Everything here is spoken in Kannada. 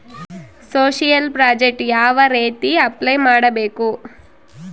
ಸೋಶಿಯಲ್ ಪ್ರಾಜೆಕ್ಟ್ ಯಾವ ರೇತಿ ಅಪ್ಲೈ ಮಾಡಬೇಕು?